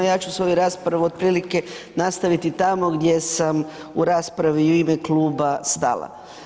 Ja ću svoju raspravu otprilike nastaviti tamo gdje sam u raspravi i u ime kluba stala.